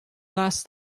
last